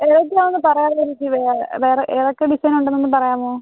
ഏതൊക്കെയാണെന്ന് പറയുക ചേച്ചി വേറെ വേറെ ഏതൊക്കെ ഡിസൈൻ ഉണ്ടെന്ന് ഒന്ന് പറയാമോ